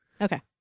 okay